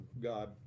god